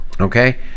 Okay